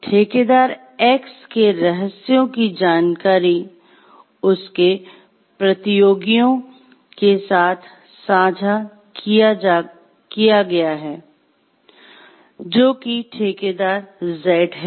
ठेकेदार X के रहस्यों की जानकारी उसके प्रतियोगी के साथ साझा किया गया है जो कि ठेकेदार Z है